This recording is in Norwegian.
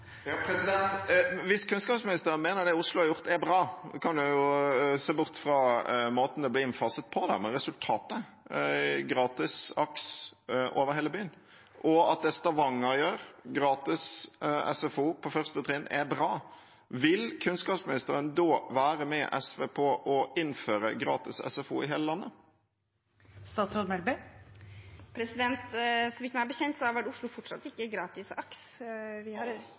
Hvis kunnskapsministeren mener det Oslo har gjort, er bra, og hvis hun ser bort fra måten det ble innfaset på, og heller ser på resultatet: gratis AKS over hele byen – og hvis hun synes det Stavanger gjør, med gratis SFO på første trinn, er bra – vil kunnskapsministeren da være med SV på å innføre gratis SFO i hele landet? Meg bekjent har Oslo fortsatt ikke gratis AKS.